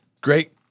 great –